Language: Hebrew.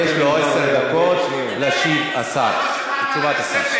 יש לו עשר דקות להשיב, תשובת השר.